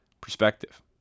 perspective